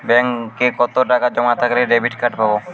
ব্যাঙ্কে কতটাকা জমা থাকলে ডেবিটকার্ড পাব?